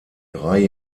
drei